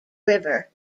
river